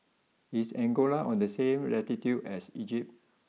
is Angola on the same latitude as Egypt